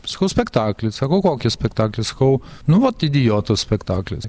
sakau spektaklį sako kokį spektaklį sakau nu vat idioto spektaklis